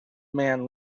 man